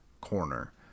corner